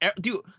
dude